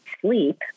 sleep